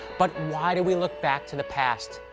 but why do we look back to the past?